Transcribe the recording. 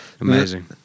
Amazing